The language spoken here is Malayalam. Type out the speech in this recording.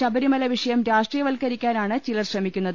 ശബരിമല വിഷയം രാഷ്ട്രീയവത്കരിക്കാനാണ് ചിലർ ശ്രമിക്കുന്നത്